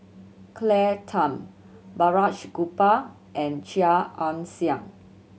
Claire Tham Balraj Gopal and Chia Ann Siang